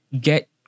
get